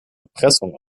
erpressung